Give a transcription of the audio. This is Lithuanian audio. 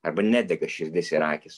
arba nedega širdis ir akys